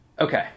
Okay